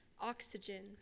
oxygen